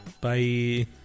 Bye